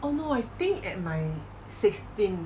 oh no I think at my sixteen